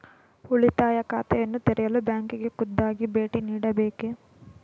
ಉಳಿತಾಯ ಖಾತೆಯನ್ನು ತೆರೆಯಲು ಬ್ಯಾಂಕಿಗೆ ಖುದ್ದಾಗಿ ಭೇಟಿ ನೀಡಬೇಕೇ?